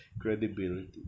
Credibility